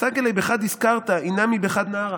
סגי ליה בחד דיסקרתא אי נמי בחד נהרא"